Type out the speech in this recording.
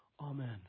Amen